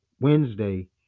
Wednesday